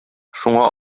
шуңа